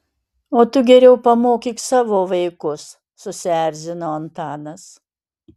o tu geriau pamokyk savo vaikus susierzino antanas